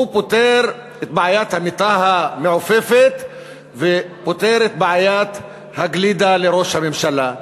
הוא פותר את בעיית המיטה המעופפת ופותר את בעיית הגלידה לראש הממשלה.